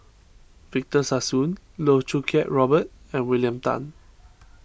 Victor Sassoon Loh Choo Kiat Robert and William Tan